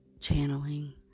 channeling